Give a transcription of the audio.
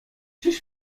czyż